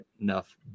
enough